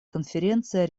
конференция